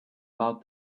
about